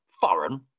foreign